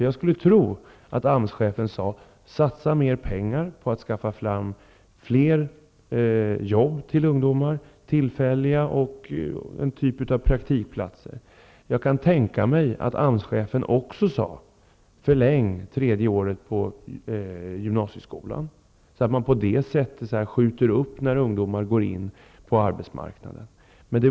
Jag skulle tro att AMS-chefen sade: Satsa mer pengar på att skaffa fram fler jobb till ungdomar, tillfälliga och ett slags praktikplatser, och förläng gymnasieutbildningen med ett tredje år. På det sättet skjuter man upp tidpunkten för ungdomars inträde på arbetsmarknaden.